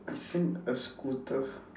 I think a scooter